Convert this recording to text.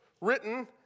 written